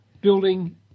building